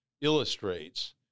illustrates